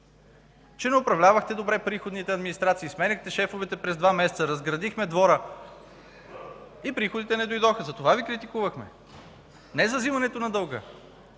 че не управлявахте добре приходните администрации, сменяхте шефовете през два месеца, разградихме двора и приходите не дойдоха. Затова Ви критикувахме – не за вземането на дълга.